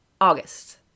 August